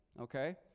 okay